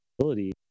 ability